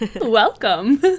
Welcome